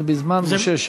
זה בזמן משה שחל.